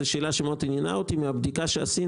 זה משהו אחר, זה מי שמחפש